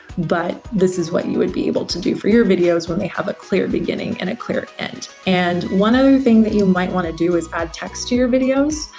but this is what you would be able to do for your videos when they have a clear beginning and a clear end. and, one other thing that you might wanna do is add text to your videos,